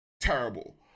terrible